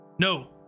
No